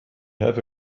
have